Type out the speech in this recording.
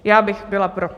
Já bych byla pro.